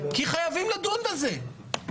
כי חייבים לדון בזה.